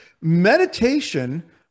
Meditation